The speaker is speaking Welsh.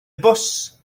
bws